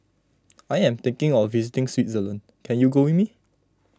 I am thinking of visiting Switzerland can you go with me